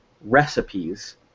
recipes